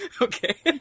Okay